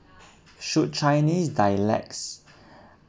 should chinese dialects